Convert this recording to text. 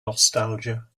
nostalgia